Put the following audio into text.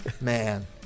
man